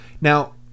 Now